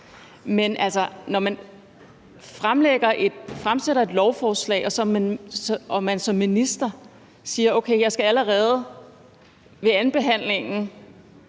Men når man fremsætter et lovforslag, og man som minister siger: Okay, jeg skal allerede ved andenbehandlingen